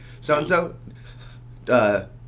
so-and-so